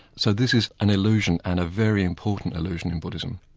so this is an illusion and a very important illusion in buddhism.